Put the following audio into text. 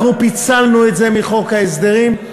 אנחנו פיצלנו את זה מחוק ההסדרים.